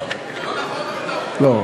מבחינתנו, זה לא נכון מה שאתה אומר.